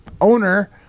owner